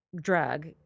drug